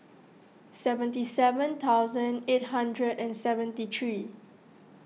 seventy seven thousand eight hundred and seventy three